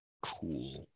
cool